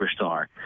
superstar